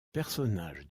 personnage